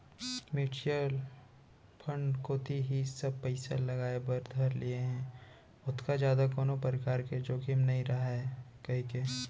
mutual fund कोती ही सब पइसा लगाय बर धर लिये हें ओतका जादा कोनो परकार के जोखिम नइ राहय कहिके